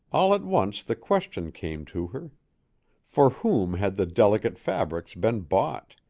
all at once the question came to her for whom had the delicate fabrics been bought,